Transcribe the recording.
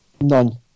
None